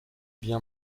bien